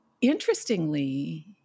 interestingly